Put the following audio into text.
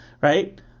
Right